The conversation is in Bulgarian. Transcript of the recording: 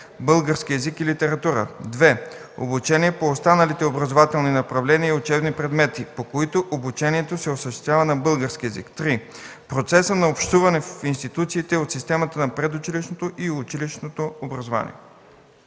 „Български език и литература”; 2. обучение по останалите образователни направления и учебни предмети, по които обучението се осъществява на български език; 3. процеса на общуване в институциите от системата на предучилищното и училищното образование.”